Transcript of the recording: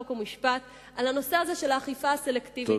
חוק ומשפט על הנושא הזה של האכיפה הסלקטיבית,